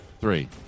three